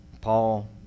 Paul